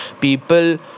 People